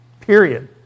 Period